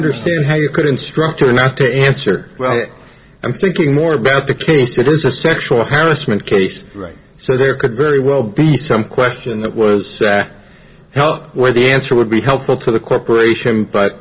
understand how you could instruct her not to answer well i'm thinking more about the case it is a sexual harassment case right so there could very well be some question that was sac hell where the answer would be helpful to the corporation but